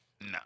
No